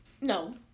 No